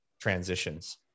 transitions